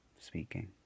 speaking